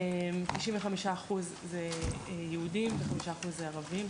95% זה יהודים ו-5% ערבים.